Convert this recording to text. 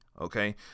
Okay